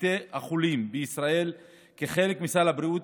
בבתי החולים בישראל כחלק מסל הבריאות,